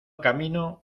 camino